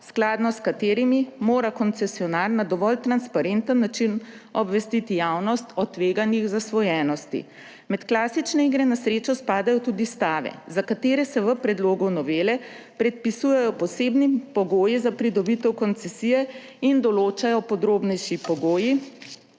skladno s katerimi mora koncesionar na dovolj transparenten način obvestiti javnost o tveganjih zasvojenosti. Med klasične igre na srečo spadajo tudi stave, za katere se v predlogu novele predpisujejo posebni pogoji za pridobitev koncesije in določajo podrobnejši pogoji